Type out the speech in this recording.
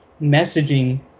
messaging